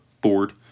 board